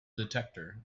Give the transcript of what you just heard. detector